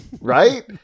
Right